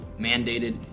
mandated